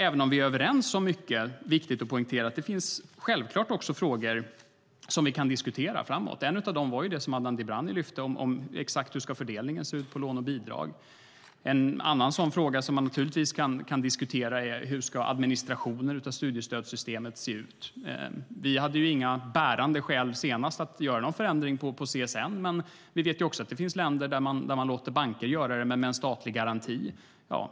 Även om vi är överens om mycket är det viktigt att poängtera att det självklart finns frågor som vi kan diskutera framåt. En av dem var den som Adnan Dibrani lyfte om hur fördelningen mellan lån och bidrag exakt ska se ut. En annan fråga som man naturligtvis kan diskutera är hur administrationen av studiestödssystemet ska se ut. Senast hade vi inga bärande skäl att göra någon förändring på CSN. Vi vet också att det finns länder där man låter banker göra det men med en statlig garanti.